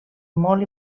molt